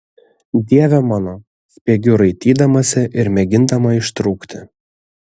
dieve mano spiegiu raitydamasi ir mėgindama ištrūkti